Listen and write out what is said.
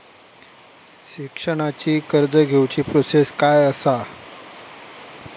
शिक्षणाची कर्ज घेऊची प्रोसेस काय असा?